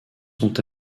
sont